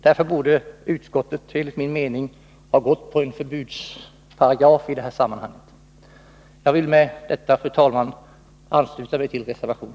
Därför borde utskottet enligt min mening ha gått på en förbudsparagraf i sammanhanget. Fru talman! Med detta vill jag ansluta mig till reservationen.